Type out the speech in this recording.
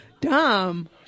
dumb